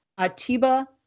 Atiba